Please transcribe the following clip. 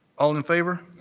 all in favor.